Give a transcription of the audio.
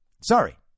Sorry